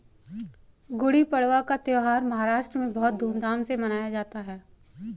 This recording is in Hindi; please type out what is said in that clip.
गुड़ी पड़वा का त्यौहार महाराष्ट्र में बहुत धूमधाम से मनाया जाता है